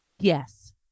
Yes